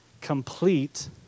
complete